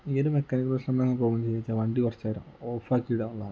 ഈയൊരു മെക്കാനിക് പ്രശ്നം എങ്ങനെയാണ് സോൾവ് ചെയ്യുക വെച്ചാൽ വണ്ടി കുറച്ചു നേരം ഓഫാക്കി ഇടുക എന്നുള്ളതാണ്